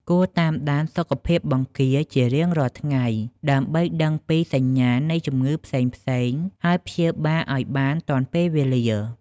គួរតាមដានសុខភាពបង្គាជារៀងរាល់ថ្ងៃ ដើម្បីដឹងពីសញ្ញាណនៃជំងឺផ្សេងៗ ហើយព្យាបាលឲ្យបានទាន់ពេលវេលា។